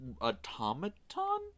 automaton